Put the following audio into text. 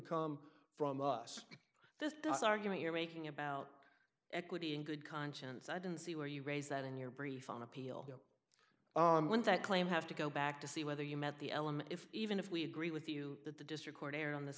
come from us this does argument you're making about equity in good conscience i don't see where you raise that in your brief on appeal that claim have to go back to see whether you met the element if even if we agree with you that the district court err on this